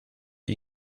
you